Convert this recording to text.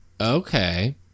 Okay